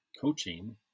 coaching